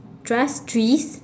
trust trees